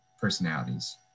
personalities